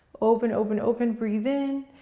open, open, open, breathe in.